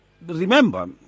remember